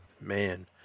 Man